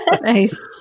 Nice